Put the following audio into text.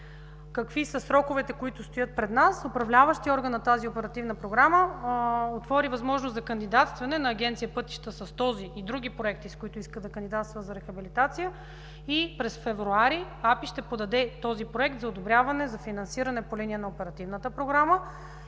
Какви са сроковете, които стоят пред нас? Управляващият орган на тази Оперативна програма отвори възможност за кандидатстване на Агенция „Пътища” с този и други проекти, с които иска да кандидатства за рехабилитация. През месец февруари Агенция „Пътна инфраструктура” ще подаде този проект за одобряване за финансиране по линия на Оперативната програма.